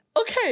Okay